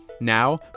Now